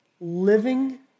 Living